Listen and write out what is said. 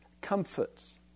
comforts